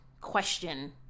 question